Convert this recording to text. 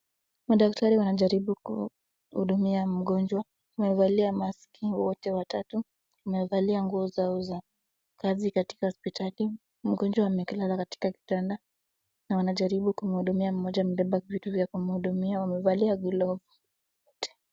Madaktari wanajaribu kuhudumia mgonjwa, wamevalia mask wote watatu, wamevalia nguo zao za kazi katika hospitali. Mgonjwa ameekelewa katika kitanda na wanajaribu kumhudumia. Mmoja amebeba vitu za kumhudumia, wamevalia glavu wote.